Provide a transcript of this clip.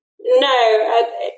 No